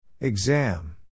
Exam